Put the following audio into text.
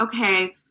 okay